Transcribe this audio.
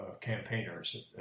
campaigners